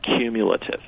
cumulative